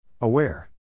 Aware